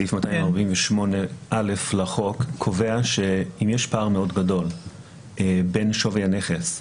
סעיף 247(א) לחוק קובע שאם יש פער מאוד גדול בין שווי הנכס לחוב,